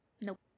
Nope